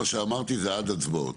שאמרתי זה עד ההצבעות,